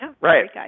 Right